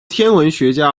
天文学家